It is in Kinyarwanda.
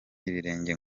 ibirenge